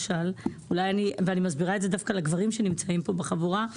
ואני מסבירה זאת דווקא לגברים בחבורה שנמצאים פה,